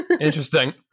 interesting